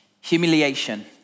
Humiliation